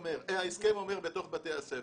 ההסכם אומר בתוך בתי הספר.